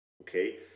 okay